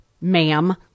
ma'am